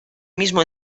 mismo